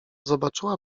zobaczyła